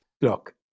Look